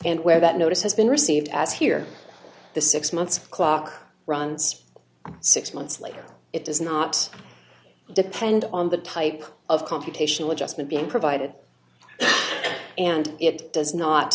and where that notice has been received as here the six months clock runs six months later it does not depend on the type of computational adjustment being provided and it does not